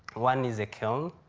one is a kiln,